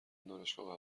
دانشگاه